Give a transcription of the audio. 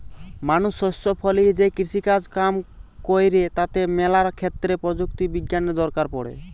মানুষ শস্য ফলিয়ে যে কৃষিকাজ কাম কইরে তাতে ম্যালা ক্ষেত্রে প্রযুক্তি বিজ্ঞানের দরকার পড়ে